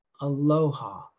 Aloha